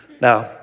Now